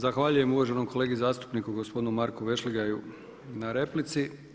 Zahvaljujem uvaženom kolegi zastupniku gospodinu Marku Vešligaju na replici.